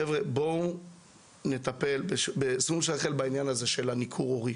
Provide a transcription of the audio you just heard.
חבר'ה, בואו נטפל בעניין הזה של הניכור ההורי.